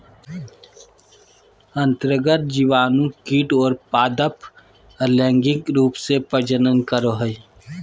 अन्तर्गत जीवाणु कीट और पादप अलैंगिक रूप से प्रजनन करो हइ